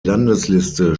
landesliste